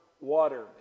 water